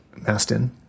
Mastin